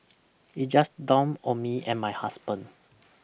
it just dawned on me and my husband